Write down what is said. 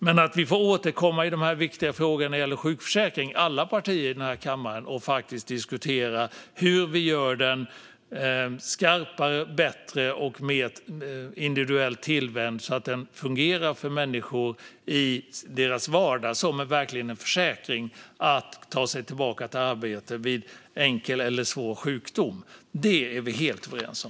Alla partier i kammaren får återkomma i de viktiga frågorna när det gäller sjukförsäkringen och faktiskt diskutera hur vi ska göra den skarpare, bättre och mer individuellt tillvänd, så att den fungerar för människor i deras vardag och verkligen som en försäkring för att man ska ta sig tillbaka till arbete vid enkel eller svår sjukdom. Det är vi helt överens om.